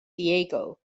diego